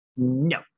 No